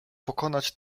pokonać